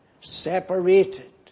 separated